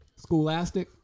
Schoolastic